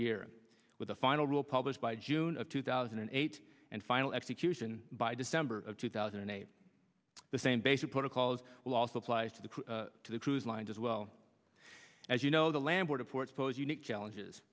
year with a final rule published by june of two thousand and eight and final execution by december two thousand and eight the same basic protocols will also applies to the crew to the cruise lines as well as you know the landlord for expose unique challenges